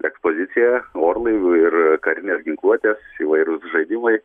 ekspozicija orlaivių ir karinės ginkluotės įvairūs žaidimai